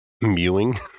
Mewing